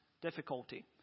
difficulty